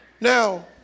Now